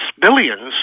billions